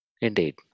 Indeed